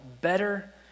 Better